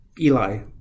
Eli